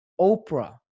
Oprah